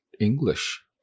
English